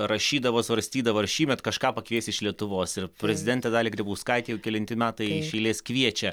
rašydavo svarstydavo ar šįmet kažką pakvies iš lietuvos ir prezidentę dalią grybauskaitę jau kelinti metai iš eilės kviečia